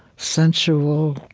sensual,